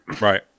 right